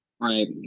Right